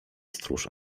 stróż